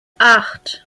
acht